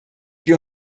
wir